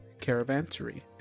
Caravansary